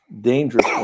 dangerous